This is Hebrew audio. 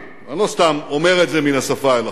ואני לא סתם אומר את זה מן השפה אל החוץ,